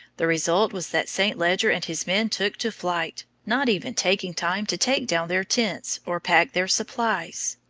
the result was that st. leger and his men took to flight, not even taking time to take down their tents or pack their supplies.